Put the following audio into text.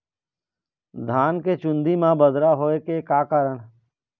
धान के चुन्दी मा बदरा होय के का कारण?